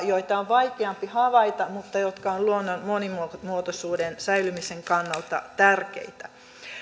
joita on vaikeampi havaita mutta jotka ovat luonnon monimuotoisuuden säilymisen kannalta tärkeitä